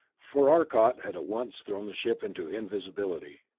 for arcot had at once thrown the ship into invisibility.